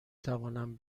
توانم